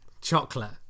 Chocolate